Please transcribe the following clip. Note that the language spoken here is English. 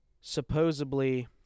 supposedly